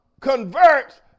converts